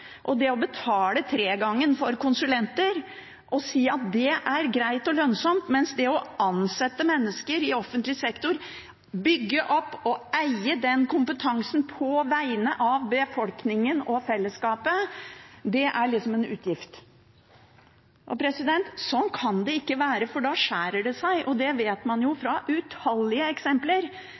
kompetanse. Det å betale tregangen for konsulenter og si at det er greit og lønnsomt, mens det å ansette mennesker i offentlig sektor, bygge opp og eie den kompetansen på vegne av befolkningen og fellesskapet, liksom er en utgift – sånn kan det ikke være, for da skjærer det seg. Det vet man jo fra utallige eksempler